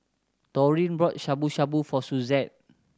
Taurean bought Shabu Shabu for Suzette